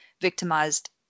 victimized